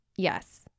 yes